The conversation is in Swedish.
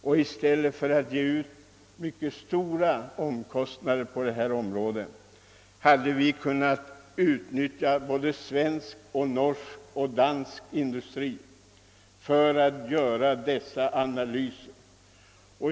I stället för att lägga ned stora kostnader på detta projekt hade vi kunnat utnyttja svensk, norsk och dansk industri för att göra analyserna.